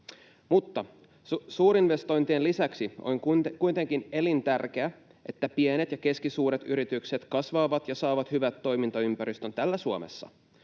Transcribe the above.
Mutta suurinvestointien lisäksi on kuitenkin elintärkeää, että pienet ja keskisuuret yritykset kasvavat ja saavat hyvän toimintaympäristön täällä Suomessa.